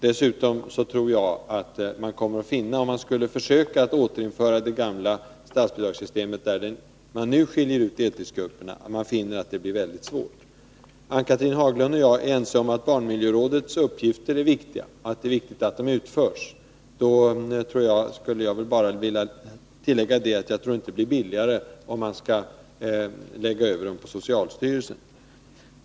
Dessutom tror jag att man kommer att finna — om man skulle försöka återinföra det gamla statsbidragssystemet, där nu deltidsgrupperna skiljs ut — att det blir väldigt svårt. Ann-Cathrine Haglund och jag är ense om att barnmiljörådets uppgifter är viktiga och att det är av värde att de utförs. Jag skulle här bara vilja tillägga att jag inte tror att det blir billigare att lägga över uppgifterna på socialstyrelsen.